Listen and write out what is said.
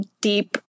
deep